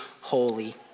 holy